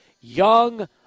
young